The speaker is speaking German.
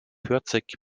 vierzig